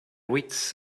wits